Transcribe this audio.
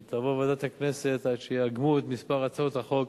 והיא תעבור לוועדת הכנסת עד שיאגמו את מספר הצעות החוק